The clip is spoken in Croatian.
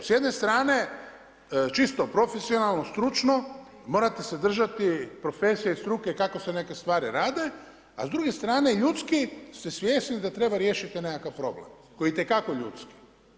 S jedne strane čisto profesionalno, stručno, morate se držati profesije, struke kako se nek stvari rade, a s druge strane ljudski ste svjesni da treba riješiti taj nekakav problem koji je itekako ljudski.